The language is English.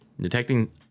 detecting